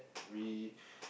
we